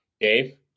Dave